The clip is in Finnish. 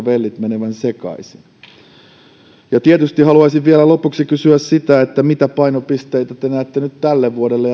vellit menevän sekaisin ja tietysti haluaisin vielä lopuksi kysyä mitä painopisteitä te näette nyt tälle vuodelle